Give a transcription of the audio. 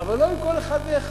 אבל לא עם כל אחד ואחד.